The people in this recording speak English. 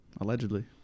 Allegedly